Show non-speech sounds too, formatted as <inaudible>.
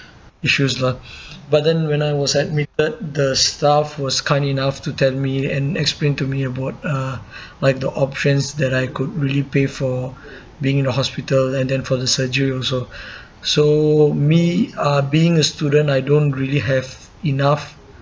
issues lah <breath> but then when I was admitted the staff was kind enough to tell me and explain to me about uh like the options that I could really pay for being in a hospital and then for the surgery also <breath> so me uh being a student I don't really have enough